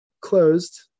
closed